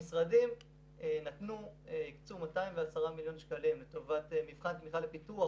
המשרדים הקצו 210 מיליון שקלים לטובת מבחן תמיכה לפיתוח